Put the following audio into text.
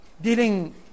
dealing